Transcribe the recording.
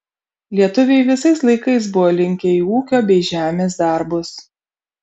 lietuviai visais laikais buvo linkę į ūkio bei žemės darbus